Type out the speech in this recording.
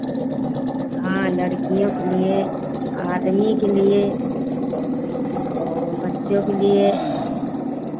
हाँ लड़कियों के लिए आदमी के लिए और बच्चों के लिए